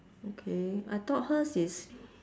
okay I thought hers is